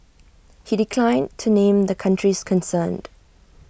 he declined to name the countries concerned